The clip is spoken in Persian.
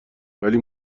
ولی